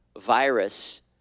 virus